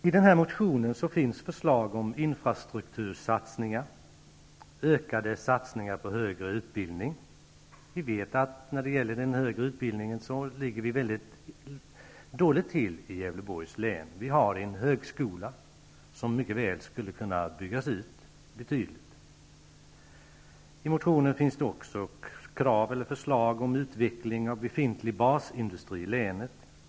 I denna motion finns förslag om infrastruktursatsningar och ökade satsningar på högre utbildning. Vi vet att Gävleborgs län ligger mycket dåligt till när det gäller den högre utbildningen. Vi har en högskola som mycket väl skulle kunna byggas ut betydligt. I motionen finns det också krav på, eller förslag om, utveckling av befintlig basindustri i länet.